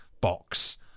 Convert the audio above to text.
box